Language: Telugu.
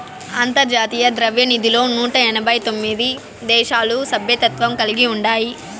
అంతర్జాతీయ ద్రవ్యనిధిలో నూట ఎనబై తొమిది దేశాలు సభ్యత్వం కలిగి ఉండాయి